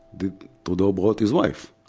did trudeau brought his wife?